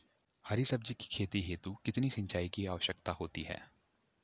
हरी सब्जी की खेती हेतु कितने सिंचाई की आवश्यकता होती है?